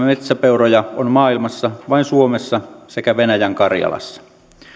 metsäpeuroja on maailmassa vain suomessa sekä venäjän karjalassa